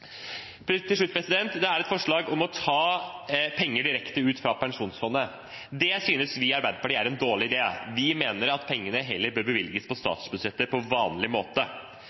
Til slutt: Det er forslag om å ta penger direkte fra pensjonsfondet. Det synes vi i Arbeiderpartiet er en dårlig idé. Vi mener at pengene heller bør bevilges over statsbudsjettet på vanlig måte.